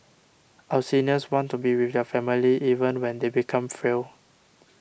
our seniors want to be with their family even when they become frail